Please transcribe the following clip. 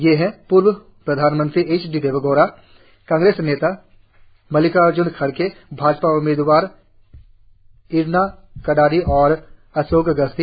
ये हैं पूर्व प्रधानमंत्री एच डी देवगौडा कांग्रेस नेता मल्लिकार्ज्न खड़गे भाजपा उम्मीदवार इरन्ना कडाडी और अशोक गस्ती